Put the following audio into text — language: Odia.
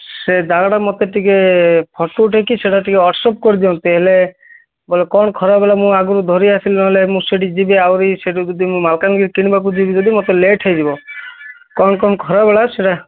ସେ ଜାଗାଟା ମୋତେ ଟିକେ ଫଟୋ ଉଠାଇକି ସେଇଟା ଟିକେ ୱାଟସ୍ଆପ୍ କରି ଦିଅନ୍ତେ ହେଲେ ବଲେ କ'ଣ ଖରାବେଳେ ମୁଁ ଆଗରୁ ଧରି ଆସିଲି ନେହେଲେ ମୁଁ ସିଟିକି ଯିବି ଆହୁରି ସେଇଠୁ ଯଦି ମୁଁ ମାଲକାନଗିରି କିଣିବାକୁ ଯିବି ଯଦି ମୋତେ ଲେଟ୍ ହେଇଯିବ କ'ଣ କ'ଣ ଖରାପ ହେଲା ସେଇଟା